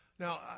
Now